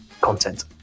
content